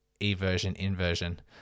eversion-inversion